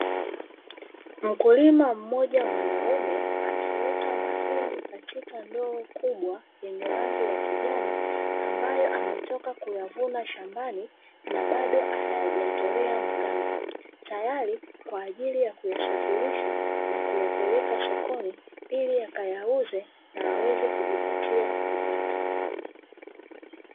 Mkulima mmoja mwanaume akiweka mahindi katika ndoo kubwa yenye rangi ya kijani, ambayo ametoka kuvuna shambani na bado hayajatolewa maganda, tayari kwa ajili ya kuyasafirisha na kuyapeleka sokoni ili akayauze na aweze kujipatia kipato.